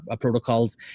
protocols